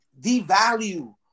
devalue